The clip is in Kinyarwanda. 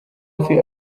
amafi